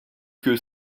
que